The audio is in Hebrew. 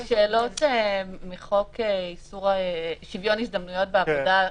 השאלות מחוק שוויון הזדמנויות בעבודה.